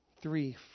Three